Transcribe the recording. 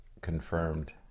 confirmed